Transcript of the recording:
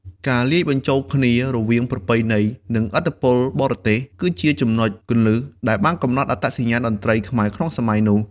ការលាយបញ្ចូលគ្នារវាងប្រពៃណី និងឥទ្ធិពលបរទេស គឺជាចំណុចគន្លឹះដែលបានកំណត់អត្តសញ្ញាណតន្ត្រីខ្មែរក្នុងសម័យនោះ។